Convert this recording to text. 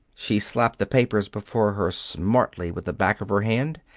she slapped the papers before her smartly with the back of her hand,